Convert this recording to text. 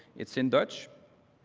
it's in dutch,